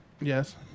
Yes